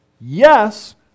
yes